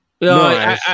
No